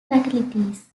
fatalities